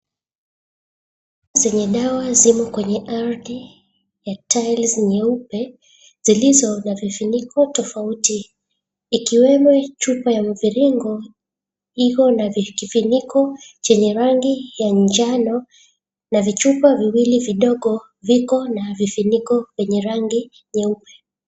Hizi ni dawa zimo kwenye ardhi ya tiles nyeupe zilizo na vifuniko tofauti Ikiwemo chupa ya mviringo iliyo na kifuniko chenye rangi ya njano na vichupa viwili vidogo viko na vifiniko vyenye rangi nyeupe.